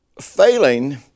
failing